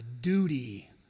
duty